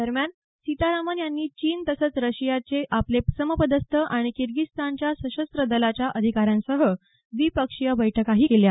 दरम्यान सीतारामन यांनी चीन तसंच रशियाचे आपले समपदस्थ आणि किर्गिस्तानच्या सशस्त्र दलाच्या अधिकाऱ्यांसह द्विपक्षीय बैठकाही केल्या